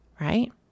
right